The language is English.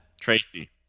tracy